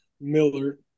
Miller